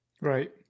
Right